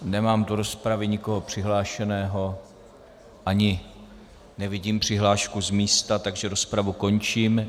Nemám do rozpravy nikoho přihlášeného a ani nevidím přihlášku z místa, takže rozpravu končím.